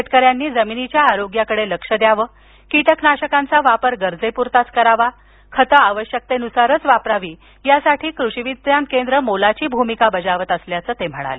शेतकऱ्यांनी जमिनीच्या आरोग्याकडे लक्ष द्यावं कीटकनाशकांचा वापर गरजेपुरताच करावा खतं आवश्यकतेनुसारच वापरावी यासाठी कृषी विज्ञान केंद्रं मोलाची भूमिका बजावत असल्याचं ते म्हणाले